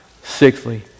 sixthly